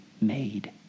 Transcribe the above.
made